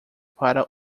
para